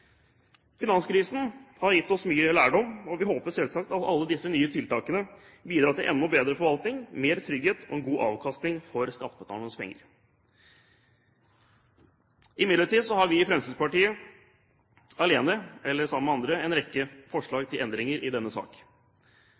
Finanskrisen har gitt oss mye lærdom, og vi håper selvsagt at alle disse nye tiltakene bidrar til enda bedre forvaltning, mer trygghet og en god avkastning av skattebetalernes penger. Imidlertid har vi i Fremskrittspartiet alene, eller sammen med andre, en rekke forslag til endringer i denne